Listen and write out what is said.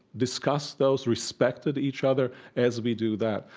discussed those, respected each other as we do that.